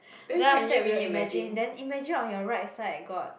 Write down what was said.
then after that we'll imagine then imagine on your right side got